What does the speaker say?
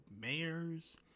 mayors